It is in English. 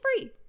free